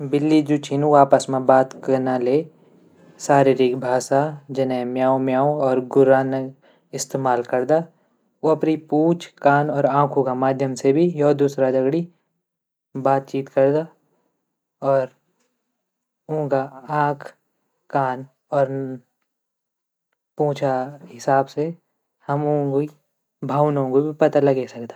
बिल्ली जू छीन उ आपस म बात कना ले शारीरिक भाषा जने म्याऊँ म्याऊँ और गुर्राने इस्तेमाल करदा उ अपरि पूँछ कान और आँखूँ ग माध्यम से भी य दूसरा दगड़ी बातचीत करदा और ऊँगा आँख कान और पूँछा हिसाब से हम ऊँगी भावनाओं ग भी पता लगे सकदा।